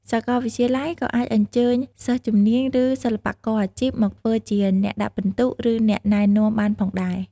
សាកលវិទ្យាល័យក៏អាចអញ្ជើញសិស្សជំនាញ ឬសិល្បករអាជីពមកធ្វើជាអ្នកដាក់ពិន្ទុ ឬអ្នកណែនាំបានផងដែរ។